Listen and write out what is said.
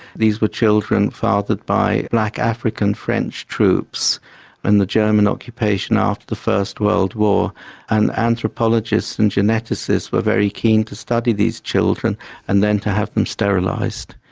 these were children fathered by black african french troops during and the german occupation after the first world war and anthropologists and geneticists were very keen to study these children and then to have them sterilised.